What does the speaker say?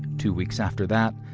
two weeks after that,